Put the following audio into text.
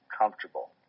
comfortable